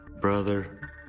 brother